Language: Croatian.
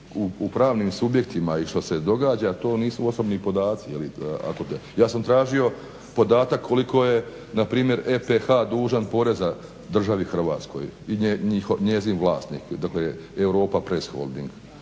u pravnim subjektima i što se događa, to nisu osobni podaci. Ja sam tražio podatak npr. koliko je EPH dužan poreza državi Hrvatskoj i njezin vlasnik dakle "Europapress Holding"